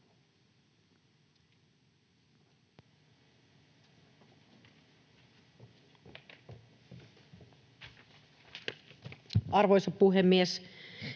Arvoisa puhemies!